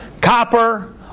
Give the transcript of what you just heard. copper